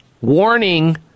warning